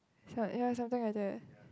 it was ya something like that